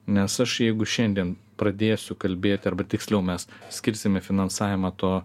nes aš jeigu šiandien pradėsiu kalbėti arba tiksliau mes skirsime finansavimą to